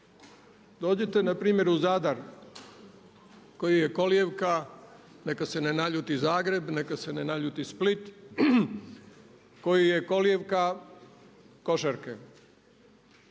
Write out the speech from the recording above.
Dođite na primjer u Zadar koji je kolijevka neka se ne naljuti Zagreb, neka se ne naljuti Split koji je kolijevka košarke.